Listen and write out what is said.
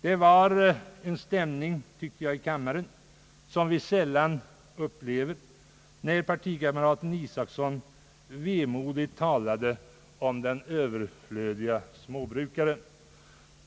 Det var en stämning, tyckte jag, i kammaren som vi sällan upplever, när min partikamrat herr Isacson vemodigt talade om den överflödige småbrukaren.